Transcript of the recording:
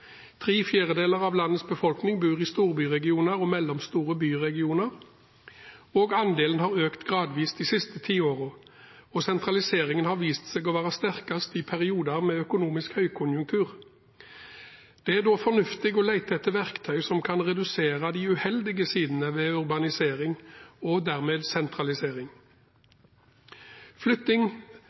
Tre fjerdedeler av landets befolkning bor i storbyregioner og mellomstore byregioner. Andelen har økt gradvis de siste tiårene, og sentraliseringen har vist seg å være sterkest i perioder med økonomisk høykonjunktur. Det er da fornuftig å lete etter verktøy som kan redusere de uheldige sidene ved urbanisering og dermed sentralisering. Flytting